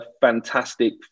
fantastic